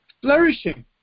flourishing